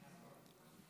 נכון.